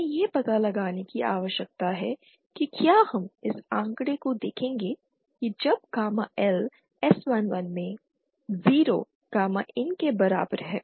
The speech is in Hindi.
हमें यह पता लगाने की आवश्यकता है कि क्या हम इस आंकड़े को देखेंगे कि जब गामा L s11 में 0 गामा IN के बराबर है